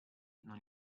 non